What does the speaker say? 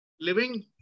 living